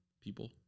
people